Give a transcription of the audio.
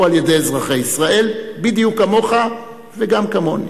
על-ידי אזרחי ישראל בדיוק כמוך וגם כמוני.